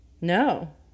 No